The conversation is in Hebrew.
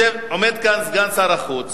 עומד כאן סגן שר החוץ